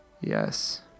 Yes